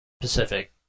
Pacific